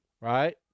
Right